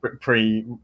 pre